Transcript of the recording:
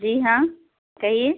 जी हाँ कहिए